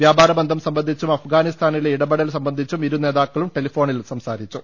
വ്യാപാരബന്ധം സംബ ന്ധിച്ചും അഫ്ഗാനിസ്ഥാനിലെ ഇടപെടൽ സംബന്ധിച്ചും ഇരുനേതാക്കളും ടെലിഫോണിൽ സംസാരിച്ചു